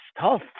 tough